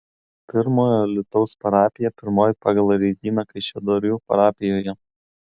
pirmojo alytaus parapija pirmoji pagal raidyną kaišiadorių parapijoje